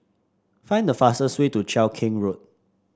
find the fastest way to Cheow Keng Road